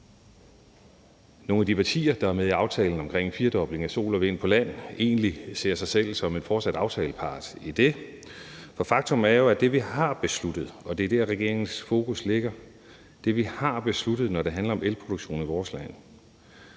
nogle af de partier, der er med i aftalen om en firedobling af sol og vind på land, egentlig ser sig selv som en fortsat aftalepart i det. For faktum er jo, at det, vi har besluttet, når det handler om elproduktion i vores land